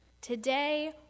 Today